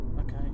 okay